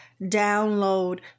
download